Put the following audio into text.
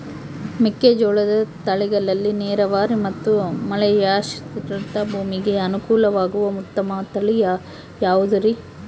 ಮೆಕ್ಕೆಜೋಳದ ತಳಿಗಳಲ್ಲಿ ನೇರಾವರಿ ಮತ್ತು ಮಳೆಯಾಶ್ರಿತ ಭೂಮಿಗೆ ಅನುಕೂಲವಾಗುವ ಉತ್ತಮ ತಳಿ ಯಾವುದುರಿ?